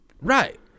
right